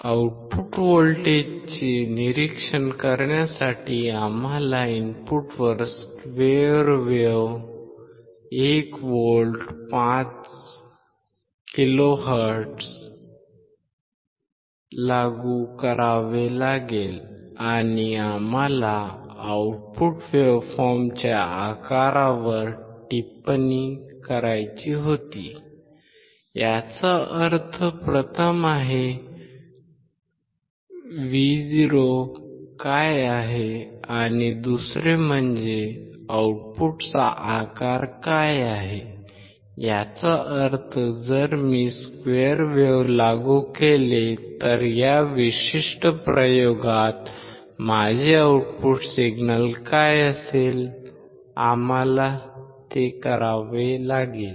output व्होल्टेजचे निरीक्षण करण्यासाठी आम्हाला इनपुटवर स्क्वेअर वेव्ह 1 व्होल्ट 5 किलोहर्ट्झ लागू करावे लागेल आणि आम्हाला आउटपुट वेव्हफॉर्मच्या आकारावर टिप्पणी करायची होती याचा अर्थ प्रथम आहे Vo काय आहे आणि दुसरे म्हणजे आउटपुटचा आकार काय आहे याचा अर्थ जर मी स्क्वेअर वेव्ह लागू केले तर या विशिष्ट प्रयोगात माझे आउटपुट सिग्नल काय असेल आम्हाला ते करावे लागेल